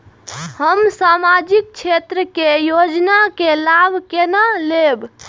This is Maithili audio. हम सामाजिक क्षेत्र के योजना के लाभ केना लेब?